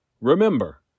Remember